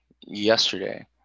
yesterday